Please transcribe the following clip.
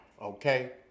Okay